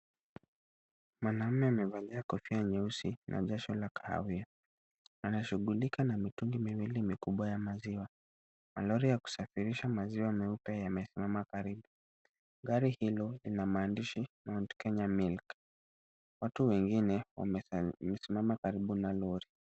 Mwanaume amevalia kofia nyeusi na vesha la kahawia. Anashughulika na mitungi miwili mikubwa ya maziwa. Malori ya kusafirisha maziwa meupe yamesimama karibu. Gari hilo lina maandishi Mount Kenya Milk . Watu wengine wamesimama karibu na lori.